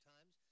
Times